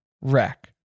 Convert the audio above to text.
wreck